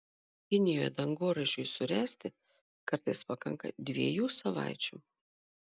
kinijoje dangoraižiui suręsti kartais pakanka dviejų savaičių